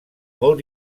molt